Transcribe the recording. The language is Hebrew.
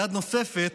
יד נוספת